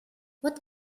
what